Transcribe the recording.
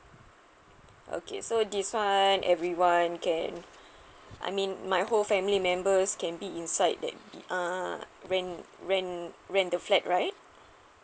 okay so this [one] everyone can I mean my whole family members can be inside that uh rent rent rent the flat right